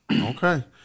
okay